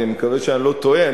אני מקווה שאני לא טועה,